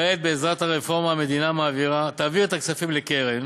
כעת, בעזרת הרפורמה, המדינה תעביר את הכספים לקרן